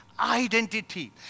Identity